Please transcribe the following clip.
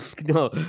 No